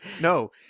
No